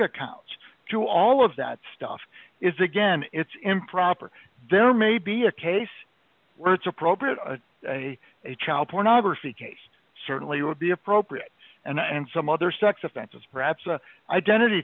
accounts to all of that stuff is again it's improper there may be a case where it's appropriate a child pornography case certainly would be appropriate and i and some other sex offenses perhaps the identity